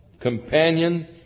companion